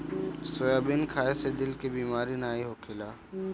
soybean खाए से दिल के बेमारी नाइ होखेला